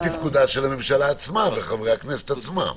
ותפקודה של הממשלה עצמה, חברי הכנסת עצמם.